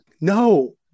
no